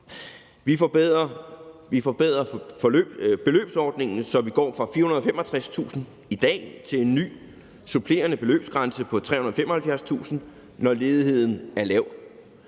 Vi forbedrer beløbsordningen, så vi går fra 465.000 kr. i dag til en ny supplerende beløbsgrænse på 375.000 kr., når ledigheden er lav,